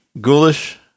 ghoulish